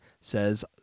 says